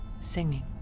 singing